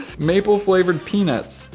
maple flavored peanuts.